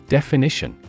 Definition